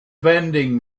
vending